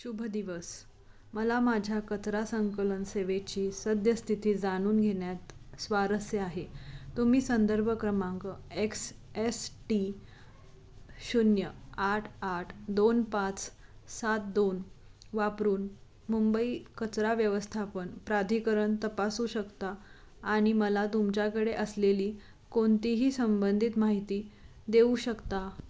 शुभ दिवस मला माझ्या कचरा संकलन सेवेची सद्यस्थिती जाणून घेण्यात स्वारस्य आहे तुम्ही संदर्भ क्रमांक एक्स एस टी शून्य आठ आठ दोन पाच सात दोन वापरून मुंबई कचरा व्यवस्थापन प्राधिकरण तपासू शकता आणि मला तुमच्याकडे असलेली कोणतीही संबंधित माहिती देऊ शकता